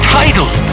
title